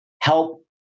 help